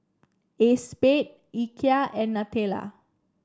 Acexspade Ikea and Nutella